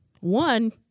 One